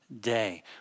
day